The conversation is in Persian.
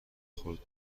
خود